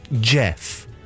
Jeff